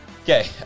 Okay